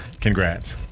congrats